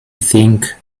think